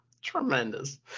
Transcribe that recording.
Tremendous